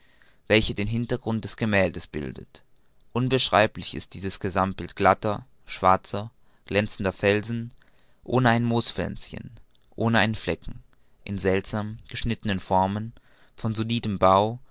welche den hintergrund des gemäldes bildet unbeschreiblich ist dieses gesammtbild glatter schwarzer glänzender felsen ohne ein moospflänzchen ohne einen flecken in seltsam geschnittenen formen von solidem bau